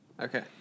Okay